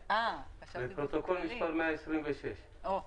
היום, פרוטוקול מס' 126. או,